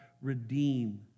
redeem